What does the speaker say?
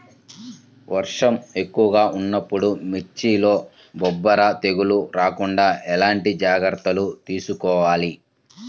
వర్షం ఎక్కువగా ఉన్నప్పుడు మిర్చిలో బొబ్బర తెగులు రాకుండా ఎలాంటి జాగ్రత్తలు తీసుకోవాలి?